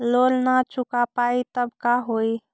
Loan न चुका पाई तब का होई?